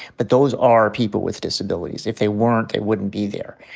but those are people with disabilities. if they weren't, they wouldn't be there.